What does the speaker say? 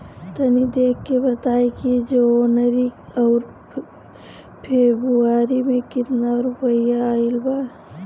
तनी देख के बताई कि जौनरी आउर फेबुयारी में कातना रुपिया आएल बा?